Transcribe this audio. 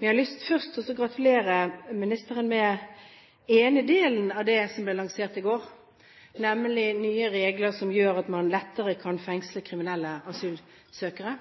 nye regler som gjør at man lettere kan fengsle kriminelle asylsøkere.